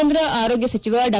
ಕೇಂದ್ರ ಆರೋಗ್ಲ ಸಚಿವ ಡಾ